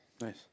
Nice